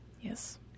Yes